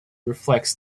reflects